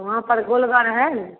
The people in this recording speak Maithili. वहाँपर गोलघर हइ ने